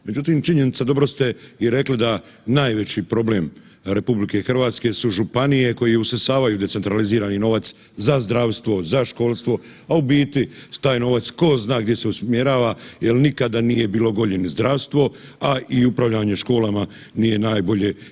Međutim, činjenica, dobro ste i rekli da najveći problem RH su županije koje usisavaju decentralizirani novac za zdravstvo, za školstvo, a u biti taj novac ko zna gdje se usmjerava jel nikada nije bilo gore ni zdravstvo, a i upravljanje školama nije najbolje.